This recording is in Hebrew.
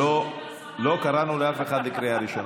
ולא קראנו אף אחד בקריאה ראשונה.